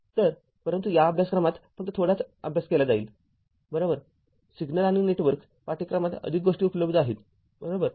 तर परंतु या अभ्यासक्रमात फक्त थोडाच अभ्यास केला जाईल बरोबर सिग्नल आणि नेटवर्क पाठ्यक्रमात अधिक गोष्टी उपलब्ध आहेत बरोबर